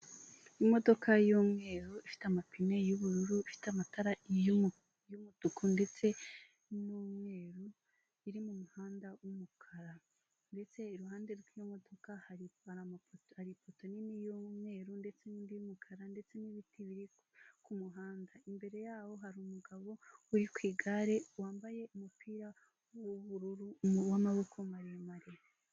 Imodoka y'umweru ifite amapine y'ubururu ifite amatara y'umutuku ndetse n'umweru iri mu muhanda w'umukara ndetse iruhande rw'iyo modoka hari itwara amapoto, hari ifoto nini y'umweru ndetse n'indi y'umukara ndetse n'ibiti biri ku muhanda, imbere yaho hari umugabo uri ku igare wambaye umupira w'ubururu w'amaboko maremare.